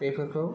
बेफोरखौ